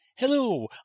Hello